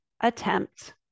attempt